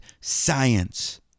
science